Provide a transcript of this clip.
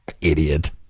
Idiot